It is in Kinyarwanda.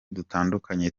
dutandukanye